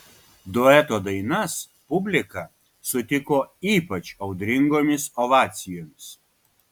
dueto dainas publika sutiko ypač audringomis ovacijomis